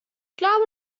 glaube